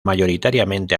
mayoritariamente